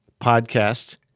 podcast